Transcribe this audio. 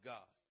God